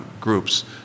groups